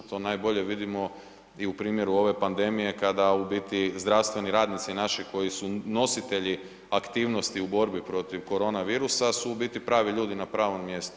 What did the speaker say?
A to najbolje vidimo i u primjeru ove pandemije kada u biti zdravstveni radnici naši koji su nositelji aktivnosti u borbi protiv koronavirusa su u biti pravi ljudi na pravom mjestu.